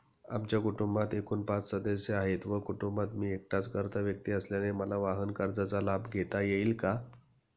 आमच्या कुटुंबात एकूण पाच सदस्य आहेत व कुटुंबात मी एकटाच कर्ता व्यक्ती असल्याने मला वाहनकर्जाचा लाभ घेता येईल का?